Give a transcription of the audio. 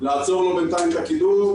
כמו לעצור לו בינתיים את הקידום.